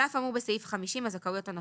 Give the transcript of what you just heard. על אף האמור בסעיף 50 שר הביטחון,